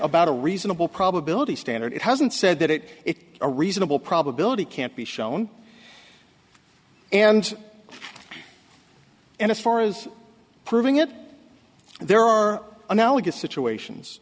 about a reasonable probability standard it hasn't said that it it a reasonable probability can't be shown and and as far as proving it there are analogous situations